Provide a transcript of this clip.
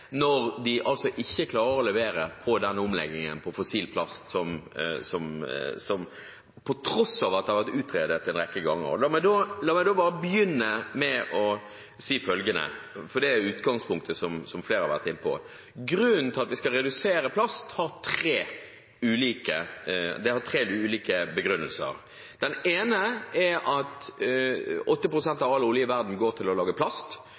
når den ikke klarer å levere på omleggingen av fossil plast, på tross av at det har vært utredet en rekke ganger. La meg så si følgende, for det har vært utgangspunktet til flere: Det er tre ulike grunner til at vi skal redusere bruken av plast. Den ene er at 80 pst. av all olje i verden går til å lage plast,